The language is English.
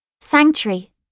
Sanctuary